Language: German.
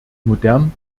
modern